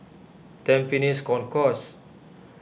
Tampines Concourse